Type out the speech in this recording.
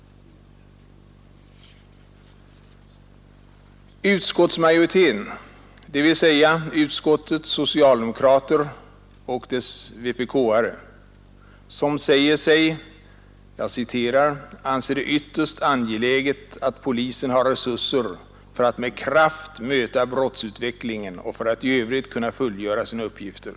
Utskottsmajoriteten, dvs. utskottets socialdemokrater och dess vpk-are, säger sig anse ”det ytterst angeläget att polisen har resurser för att med kraft möta brottsutvecklingen och för att i övrigt kunna fullgöra sina uppgifter”.